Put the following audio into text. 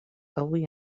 avui